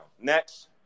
Next